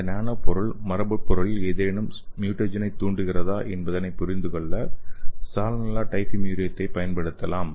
இந்த நானோ பொருள் மரபணுப் பொருளில் ஏதேனும் ம்யூடெஸனைத் தூண்டுகிறதா என்பதைப் புரிந்துகொள்ள சால்மோனெல்லா டைபிமுரியத்தைப் பயன்படுத்தலாம்